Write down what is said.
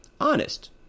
honest